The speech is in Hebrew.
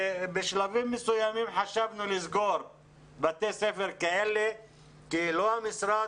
ובשלבים מסוימים חשבנו לסגור בתי ספר כאלה כי לא המשרד